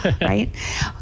Right